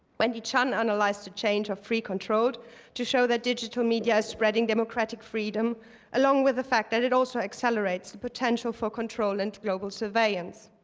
wendy chun analyzed a change of free-controlled to show that digital media is spreading democratic freedom along with the fact that it also accelerates the potential for control and global surveillance.